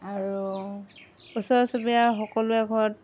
আৰু ওচৰ চুবুৰীয়া সকলোৱে ঘৰত